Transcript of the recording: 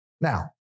Now